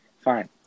Fine